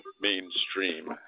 mainstream